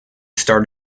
start